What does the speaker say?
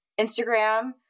Instagram